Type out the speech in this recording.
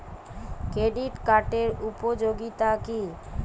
Credit কার্ডের উপযোগিতা কি?